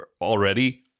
already